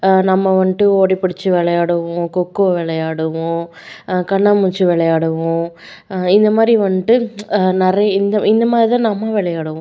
நம்ம வந்துட்டு ஓடிப்பிடிச்சு விளையாடுவோம் கொக்கோ விளையாடுவோம் கண்ணாமூச்சி விளையாடுவோம் இந்த மாதிரி வந்துட்டு நிறைய இந்த இந்த மாதிரி தான் நம்ம விளையாடுவோம்